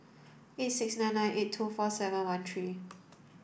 eight six nine nine eight two four seven one three